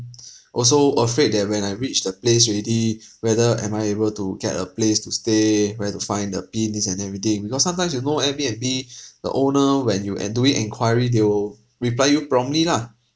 also afraid that when I reached the place already whether am I able to get a place to stay where to find the pin this and everything because sometimes you know Airbnb the owner when you uh doing enquiry they will reply you promptly lah